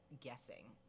guessing